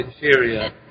inferior